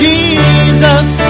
Jesus